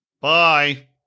Bye